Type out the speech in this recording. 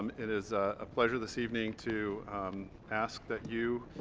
um it is a pleasure this evening to ask that you